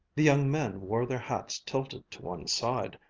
the young men wore their hats tilted to one side,